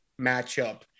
matchup